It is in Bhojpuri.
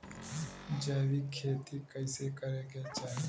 जैविक खेती कइसे करे के चाही?